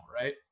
right